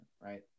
right